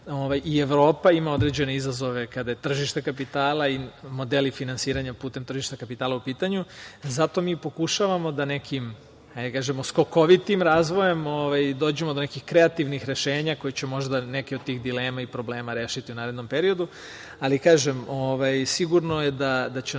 i Evropa ima određene izazove kada je tržište kapitala i modeli finansiranja putem tržišta kapitala u pitanju. Zato mi pokušavamo da nekim, hajde da kažemo, skokovitim razvojem dođemo do nekih kreativnih rešenja koja će možda neke od tih dilema i problema rešiti u narednom periodu. Kažem, sigurno je da će